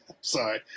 Sorry